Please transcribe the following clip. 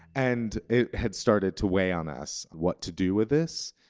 and it had started to weigh on us what to do with this.